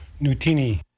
Nutini